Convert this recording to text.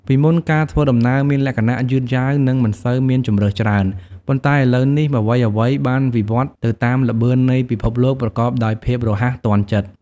ពីមុនការធ្វើដំណើរមានលក្ខណៈយឺតយាវនិងមិនសូវមានជម្រើសច្រើន ប៉ុន្តែឥឡូវនេះអ្វីៗបានវិវឌ្ឍទៅតាមល្បឿននៃពិភពលោកប្រកបដោយភាពរហ័សទាន់ចិត្ត។